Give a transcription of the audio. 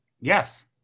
Yes